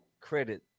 credit